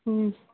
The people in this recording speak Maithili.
हुँ